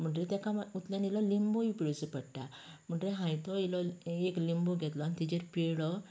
म्हणटरी तेका वतल्यान इल्लो लिंबूय पिळचो पडटा म्हणटरी हांयें तो इल्लो लिंबू एक लिंबू तेजेर पिळ्ळो